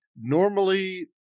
Normally